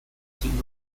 形状